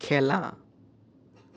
খেলা